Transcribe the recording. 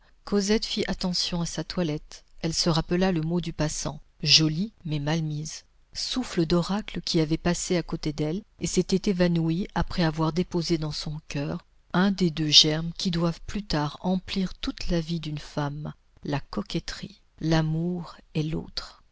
cosette fit attention à sa toilette elle se rappela le mot du passant jolie mais mal mise souffle d'oracle qui avait passé à côté d'elle et s'était évanoui après avoir déposé dans son coeur un des deux germes qui doivent plus tard emplir toute la vie de la femme la coquetterie l'amour est l'autre